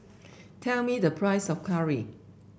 tell me the price of curry